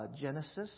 Genesis